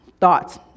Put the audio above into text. thoughts